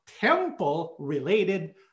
temple-related